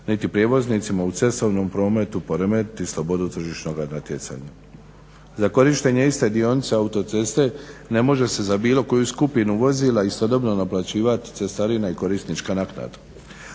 niti prijevoznicima u cestovnom prometu poremetiti slobodu tržišnoga natjecanja. Za korištenje iste dionice autoceste ne može za bilo koju skupinu vozila istodobno naplaćivat cestarina i korisnička naknada.